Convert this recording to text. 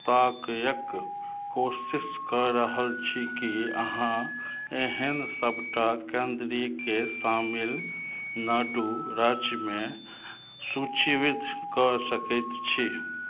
ताकयके कोशिश कऽ रहल छी की अहाँ एहन सबटा केंद्रके तामिलनाडु राज्यमे सूचीबद्ध कऽ सकैत छी